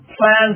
Plans